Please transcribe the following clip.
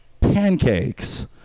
pancakes